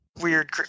Weird